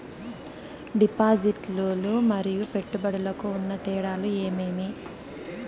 డిపాజిట్లు లు మరియు పెట్టుబడులకు ఉన్న తేడాలు ఏమేమీ?